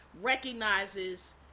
recognizes